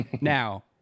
Now